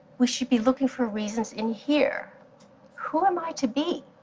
we should be looking for reasons in here who am i to be?